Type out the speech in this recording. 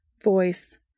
Voice